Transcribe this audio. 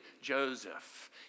Joseph